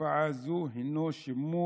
תופעה זו הוא שימוש